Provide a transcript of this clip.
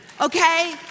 okay